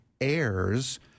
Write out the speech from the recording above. heirs